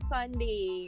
Sunday